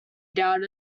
down